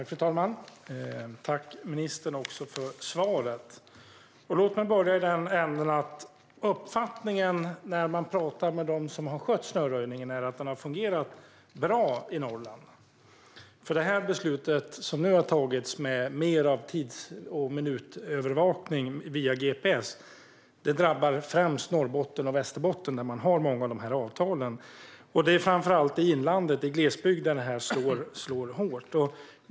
Fru talman! Tack, ministern, för svaret! Låt mig börja i änden att uppfattningen man hör när man talar med dem som har skött snöröjningen är att den har fungerat bra i Norrland. Det beslut som nu har fattats med mer av tids och minutövervakning via gps drabbar främst Norrbotten och Västerbotten, där man har många av de här avtalen. Det är framför allt i inlandet och i glesbygden som detta slår hårt.